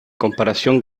comparación